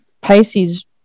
Pisces